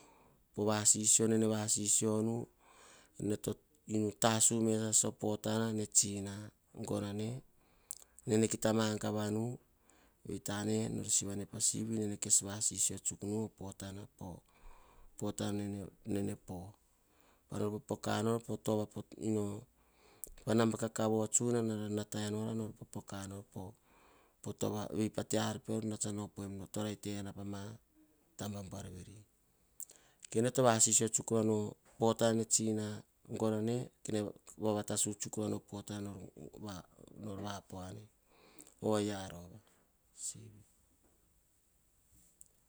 Poh vasisio nene vasisio nu ene to enu tasu ve sasa o potana ne tsina gono awe nene kita maguva nu vei tane, nene kes vasisio tsuk nu o potana nene poh pa no popoka nor. Eno naba kaka vo tsuna nara natai nora. Vei pa te ar peor to rait ene pa mata buaveri kene to vasisio tsuk rova nu o potana ne ttsina gono ane vatasu tsuk rova o potana no gono ane oyia rova asivi.